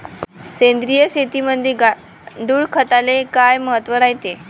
सेंद्रिय शेतीमंदी गांडूळखताले काय महत्त्व रायते?